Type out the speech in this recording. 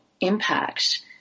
impact